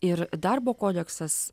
ir darbo kodeksas